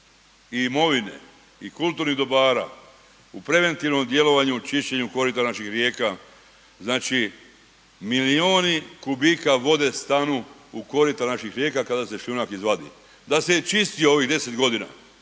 i imovine i kulturnih dobara u preventivnom djelovanju čišćenju korita naših rijeka, znači milioni kubika vode stanu u korita naših rijeka kada se šljunak izvadi. Da se je čistio ovih 10 godina,